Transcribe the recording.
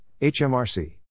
HMRC